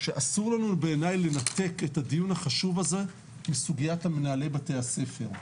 שאסור לנו בעיני לנתק את הדיון החשוב הזה עם סוגיית מנהלי בתי הספר.